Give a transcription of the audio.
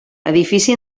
edifici